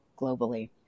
globally